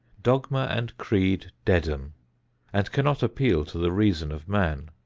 dogma and creed deaden and cannot appeal to the reason of man.